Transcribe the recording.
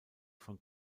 von